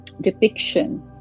depiction